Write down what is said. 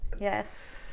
yes